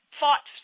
fought